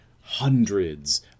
hundreds